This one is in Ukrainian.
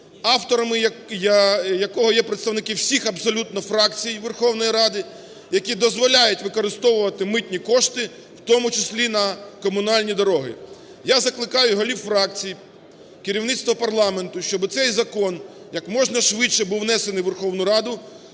авторами якого є представники всіх абсолютно фракцій Верховної Ради, який дозволяє використовувати митні кошти, в тому числі на комунальні дороги. Я закликаю голів фракцій, керівництво парламенту, щоб цей закон як можна швидше був внесений у Верховну Раду,